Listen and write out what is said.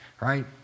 right